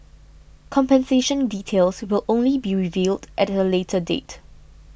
compensation details will only be revealed at a later date